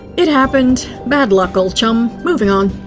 it happened. bad luck, old chum. moving on!